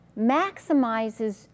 maximizes